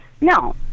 No